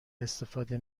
استفاده